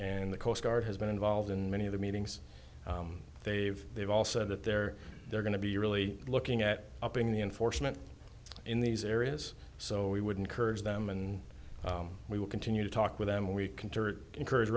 and the coast guard has been involved in many of the meetings they've they've all said that they're they're going to be really looking at upping the enforcement in these areas so we would encourage them and we will continue to talk with them and we can encourage